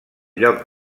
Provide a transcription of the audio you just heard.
lloc